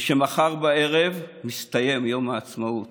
ושמחר בערב מסתיים יום העצמאות